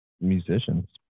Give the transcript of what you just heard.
musicians